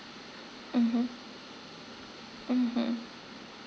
mmhmm mmhmm